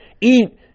eat